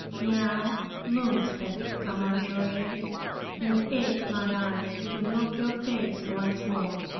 now moon speck come on shoji and ache my eyes to look your face once more.